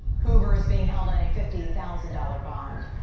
hoover is being held on a fifty thousand dollars bond.